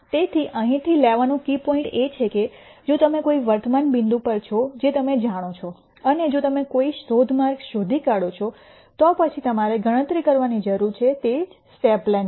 તેથી અહીં થી લેવાનો કી પોઇન્ટ એ છે કે જો તમે કોઈ વર્તમાન બિંદુ પર છો જે તમે જાણો છો અને જો તમે કોઈ શોધ માર્ગ શોધી કાઢો છો તો પછી તમારે ગણતરી કરવાની જરૂર છે તે જ સ્ટેપ લેંથ છે